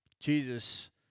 Jesus